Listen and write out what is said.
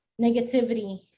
negativity